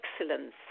Excellence